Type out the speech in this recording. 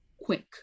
quick